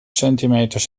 centimeters